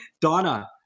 Donna